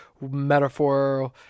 metaphor